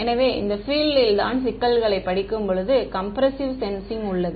எனவே இந்த பீல்டில் field தான் சிக்கல்களைப் படிக்கும் கம்ப்ரெஸ்ஸிவ் சென்சிங் உள்ளது